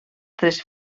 tres